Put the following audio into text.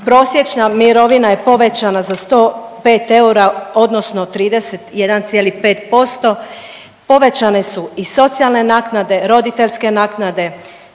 prosječna mirovina je povećana za 105 eura, odnosno 31,5%, povećane su i socijalne naknade, roditeljske naknade.